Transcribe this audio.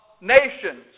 nations